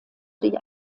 die